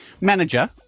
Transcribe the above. manager